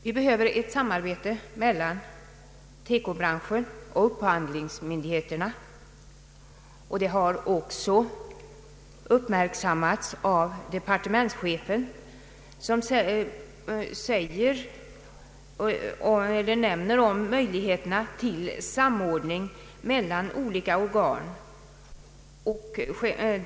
Vi behöver ett samarbete mellan teko-branschen och upphandlingsmyndigheterna. Det har också uppmärksammats av departementschefen som nämner om möjligheterna att samordna olika organ.